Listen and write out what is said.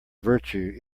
virtue